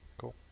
Cool